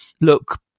look